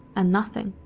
and nothing.